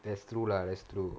that's true lah that's true